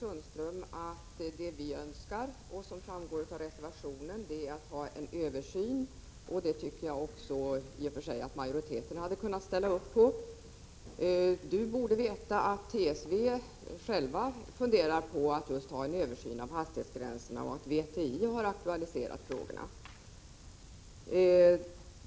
Herr talman! Jag vill påpeka för Sten-Ove Sundström att det vi önskar är en översyn, vilket också framgår av reservationen. Det kravet tycker jag att majoriteten borde ha kunnat ställa sig bakom. Sten-Ove Sundström borde veta att TSV, trafiksäkerhetsverket, självt funderar på att göra en översyn av hastighetsgränserna. VTI, statens vägoch trafikinstitut, har också aktualiserat frågan.